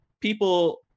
people